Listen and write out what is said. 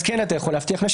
אז כן אתה יכול להבטיח נשים.